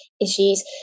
issues